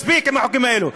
מספיק עם החוקים האלה.